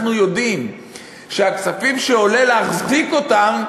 אנחנו יודעים שהכספים שעולה להחזיק אותם,